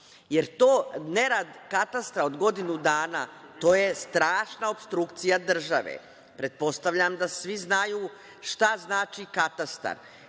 jer ne rad Katastra od godinu dana, to je strašna opstrukcija države. Pretpostavljam da svi znaju šta znači katastar.